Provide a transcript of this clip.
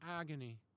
agony